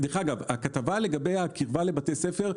בנוגע לכתבה לגבי הקרבה לבתי ספר,